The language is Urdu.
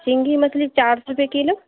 سنگھی مچھلی چار سو روپئے کلو